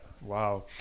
Wow